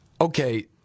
Okay